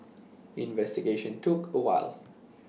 investigation took A while